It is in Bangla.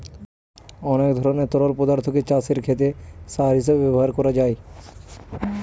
অনেক ধরনের তরল পদার্থকে চাষের ক্ষেতে সার হিসেবে ব্যবহার করা যায়